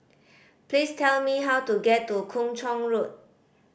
please tell me how to get to Kung Chong Road